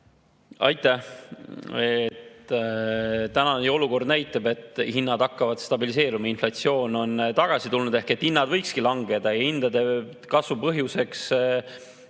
Aitäh! Tänane olukord näitab, et hinnad hakkavad stabiliseeruma, inflatsioon on tagasi [pöördunud], ehk et hinnad võikski langeda. Hindade kasvu põhjus